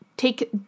Take